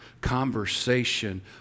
conversation